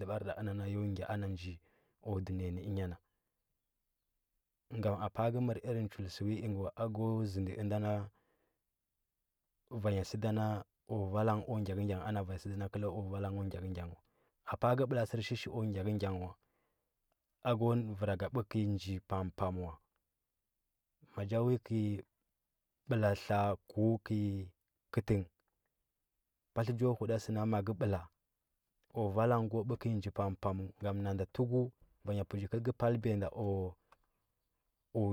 Lləbar nda ana əna yo gya ana nji aku dunəya nə ənya nan gam mapa ka mər irin chul səviənga wa ako zəndə dnda vanya səda na kwa vada sə da kəla kwa vala ngə ku gyakə gya ngə ako mmaka bə kəi nji pampam wa ma cha uli kəi ɓəla tla kva kəi kətəngh patlə cho huɗa səna maka bəla kwa vala ngh ko ɓə ka njii pam paməu ng ana nda tuku vanya pəchi kəl ka palbiyada aku